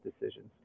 decisions